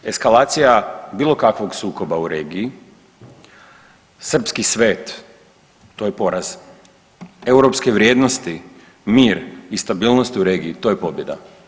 Eskalacija bilo kakvog sukoba u regiji srpski svet to je poraz, europske vrijednosti, mir i stabilnosti u regiji to je pobjeda.